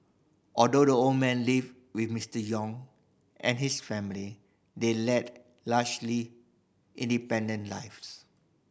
although the older man lived with Mister Yong and his family they led largely independent lives